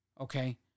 Okay